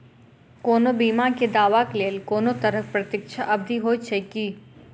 कोनो बीमा केँ दावाक लेल कोनों तरहक प्रतीक्षा अवधि होइत छैक की?